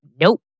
nope